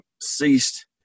ceased